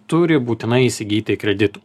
turi būtinai įsigyti kreditų